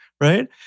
right